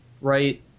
right